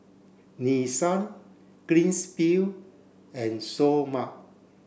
Nissan Greens field and Seoul Mart